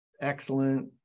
excellent